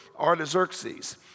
Artaxerxes